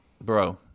bro